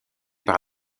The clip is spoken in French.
par